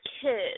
kid